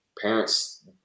parents